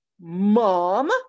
Mom